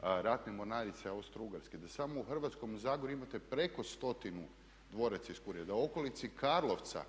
ratne mornarice i Austro-ugarske, da samo u Hrvatskom zagorju imate preko stotinu dvoraca i kurija. Da u okolici Karlovca